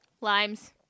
Limes